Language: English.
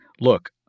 look